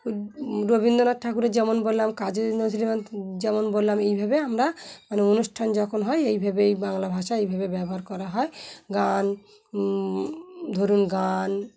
রবীন্দ্রনাথ ঠাকুরের যেমন বললাম কাজী নজরীম যেমন বললাম এইভাবে আমরা মানে অনুষ্ঠান যখন হয় এইভাবেই বাংলা ভাষা এইভাবে ব্যবহার করা হয় গান ধরুন গান